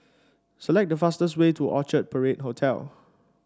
select the fastest way to Orchard Parade Hotel